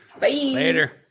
Later